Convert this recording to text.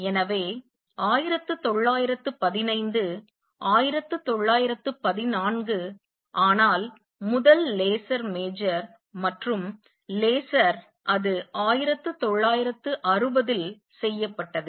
எனவே 1915 1914 ஆனால் முதல் லேசர் மேஜர் மற்றும் லேசர் அது 1960ல் செய்யப்பட்டது